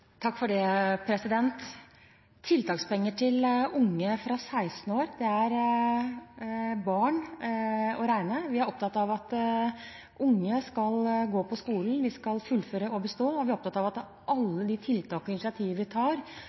det gjelder tiltakspenger til unge fra 16 år: De er å regne som barn. Vi er opptatt av at unge skal gå på skolen, at de skal fullføre og bestå, og vi er opptatt av at alle tiltakene og initiativene vi tar,